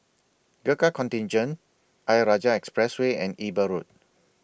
Gurkha Contingent Ayer Rajah Expressway and Eber Road